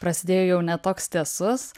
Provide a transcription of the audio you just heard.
prasidėjo jau ne toks tiesus